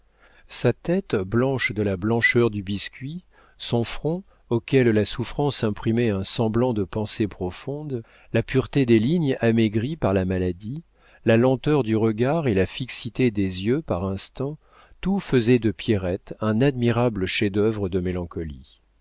sa tête blanche de la blancheur du biscuit son front auquel la souffrance imprimait un semblant de pensée profonde la pureté des lignes amaigries par la maladie la lenteur du regard et la fixité des yeux par instants tout faisait de pierrette un admirable chef-d'œuvre de mélancolie